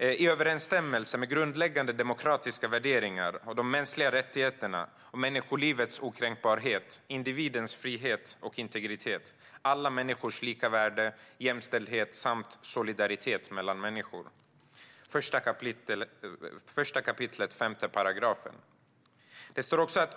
"i överensstämmelse med grundläggande demokratiska värderingar och de mänskliga rättigheterna som människolivets okränkbarhet, individens frihet och integritet, alla människors lika värde, jämställdhet samt solidaritet mellan människor".